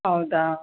ಹೌದಾ